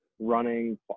running